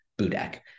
Budak